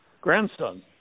grandson